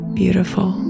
beautiful